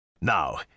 Now